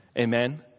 Amen